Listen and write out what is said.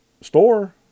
store